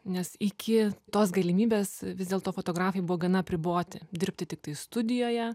nes iki tos galimybės vis dėlto fotografai buvo gana apriboti dirbti tiktai studijoje